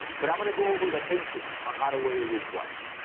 but i'm gonna go over the basics on how to wear a wrist watch.